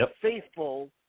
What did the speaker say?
faithful